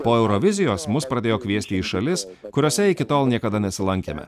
po eurovizijos mus pradėjo kviesti į šalis kuriose iki tol niekada nesilankėme